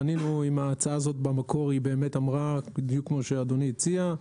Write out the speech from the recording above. פנינו עם ההצעה הזאת במקור היא באמת אמרה בדיוק כמו שאדוני הציע,